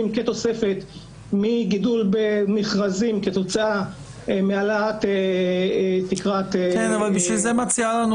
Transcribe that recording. כתוספת מגידול במכרזים כתוצאה מהעלאת תקרת --- בשביל זה מציעה לנו